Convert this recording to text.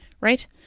Right